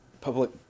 public